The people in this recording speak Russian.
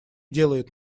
делает